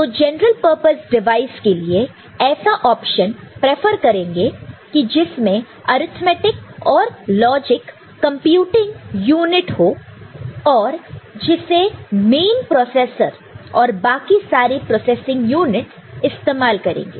तो general purpose device के लिए ऐसा ऑप्शन पेफर करेंगे कि जिसमें अर्थमैटिक और लॉजिक कंप्यूटिंग यूनिट हो और जिसे मैंन प्रोसेसर और बाकी सारे प्रोसेसिंग यूनिटस इस्तेमाल करेंगे